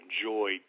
enjoy